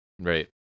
Right